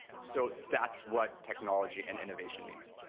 so that's what technology and innovation means.